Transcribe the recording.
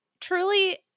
truly